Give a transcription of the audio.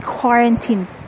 quarantine